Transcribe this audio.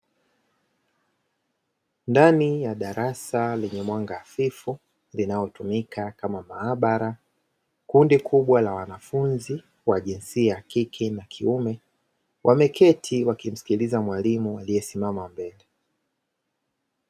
Ndani ya darasa lenye mwanga hafifu linalotumika kama maabara, kundi kubwa la wanafunzi wa jinsia ya kike na kiume, wameketi wakimsikiliza mwalimu aliyesimama mbele.